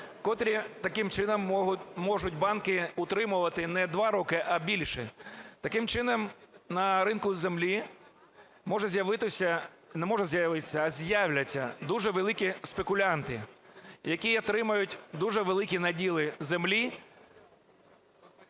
котрі таким чином можуть банки утримувати не 2 роки, а більше. Таким чином, на ринку землі може з'явитися, не може з'явитися, а з'являться дуже великі спекулянти, які отримають дуже великі наділи землі…